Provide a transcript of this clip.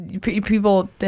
people